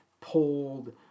pulled